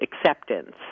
acceptance